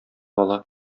ала